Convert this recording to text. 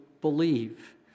believe